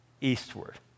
eastward